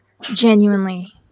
genuinely